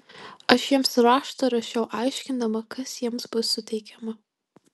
aš jiems raštą rašiau aiškindama kas jiems bus suteikiama